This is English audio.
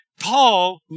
Paul